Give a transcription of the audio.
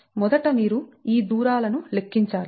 మొదట మీరు ఈ దూరాలను లెక్కించాలి